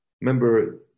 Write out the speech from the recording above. Remember